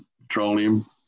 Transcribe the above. petroleum